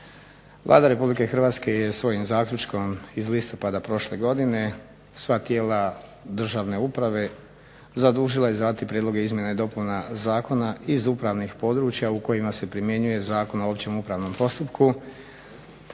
Vlada Republike Hrvatske je svojim zaključkom iz listopada prošle godine sva tijela državne uprave zadužila izraditi prijedloge izmjena i dopuna Zakona iz upravnih područja u kojima se primjenjuje Zakon o općem upravnom postupku